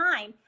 time